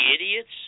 idiots